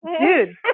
dude